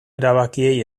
erabakiei